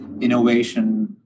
innovation